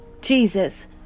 Jesus